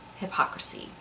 hypocrisy